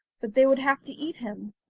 but they would have to eat him.